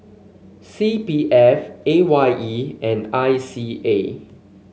C P F A Y E and I C A